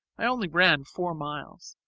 i only ran four miles.